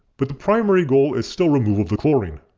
but the primary goal is still removal of the chlorine.